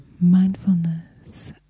Mindfulness